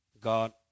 God